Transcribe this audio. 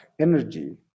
energy